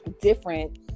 different